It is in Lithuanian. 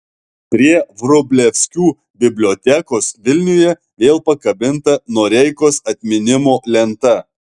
prie vrublevskių bibliotekos vilniuje vėl pakabinta noreikos atminimo lenta